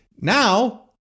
Now